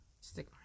Stick